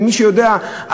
ומי שיודע,